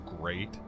great